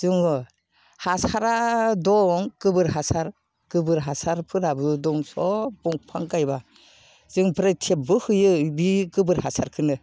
जोङो हासारा दं गोबोर हासार गोबोर हासारफोराबो दं सब दंफां गायबा जों ओमफ्राय थेवबो होयो बि गोबोर हासारखौनो